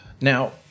now